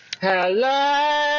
Hello